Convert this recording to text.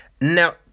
Now